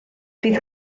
bydd